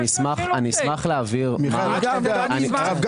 אני אשמח להבהיר --- הרב גפני,